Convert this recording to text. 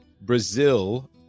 Brazil